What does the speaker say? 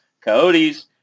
Coyotes